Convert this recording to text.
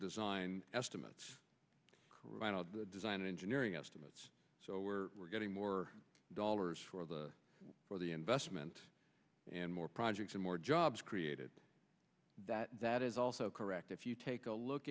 design estimates the design engineering estimates so we're we're getting more dollars for the for the investment and more projects and more jobs created that that is also correct if you take a look